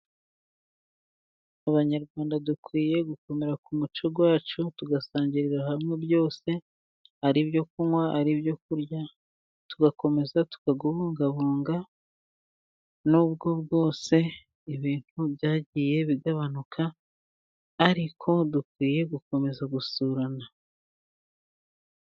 Abanyarwanda dukwiye gukomera ku muco wacu, tugasangirira hamwe byose. Ari ibyo kunywa, ari ibyo kurya, tugakomeza tukawubungabunga n'ubwo bwose ibintu byagiye bigabanuka, ariko dukwiye gukomeza gusurana.